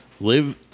Live